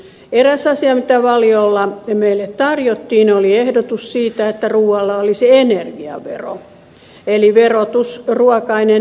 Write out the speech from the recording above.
eräs asia mitä valiolla meille tarjottiin oli ehdotus siitä että ruualla olisi energiavero eli verotus ruoka aineen energiasisällön mukaan